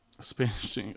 Spanish